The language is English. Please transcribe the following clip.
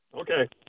Okay